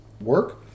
work